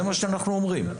זה מה שאנחנו אומרים.